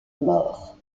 morts